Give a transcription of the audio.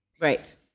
Right